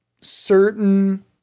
certain